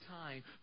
time